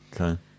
okay